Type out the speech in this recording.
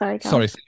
Sorry